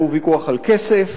והוא ויכוח על כסף